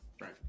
right